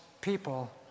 people